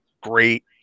great